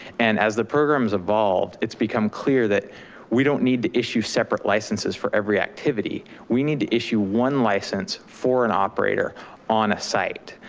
and as the program's evolved, it's become clear that we don't need to issue separate licenses for every activity, we need to issue one license for an operator on a site.